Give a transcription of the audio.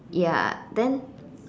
ya then